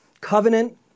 covenant